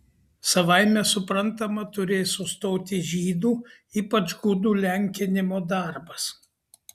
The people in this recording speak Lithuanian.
savaime suprantama turės sustoti žydų ypač gudų lenkinimo darbas